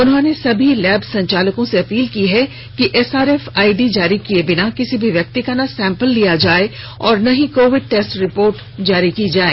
उनहोंने सभी लैब संचालकों से भी अपील की है कि एसआरएफ आईडी जारी किए बिना किसी भी व्यक्ति का ना सैंपल लिया जाए और ना ही कोविड टेस्ट रिपोर्ट जारी की जाए